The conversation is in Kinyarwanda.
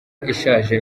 ishaje